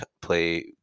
play